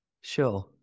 Sure